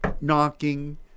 knocking